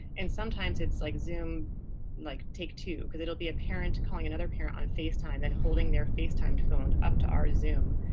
and sometimes it's like zoom like take two because it'll be a parent calling another parent on facetime, then holding their facetimed phone up to our zoom,